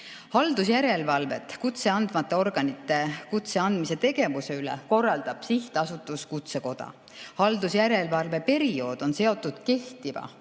Haldusjärelevalvet kutset andvate organite kutse andmise tegevuse üle korraldab Sihtasutus Kutsekoda. Haldusjärelevalve periood on seotud kehtiva kutse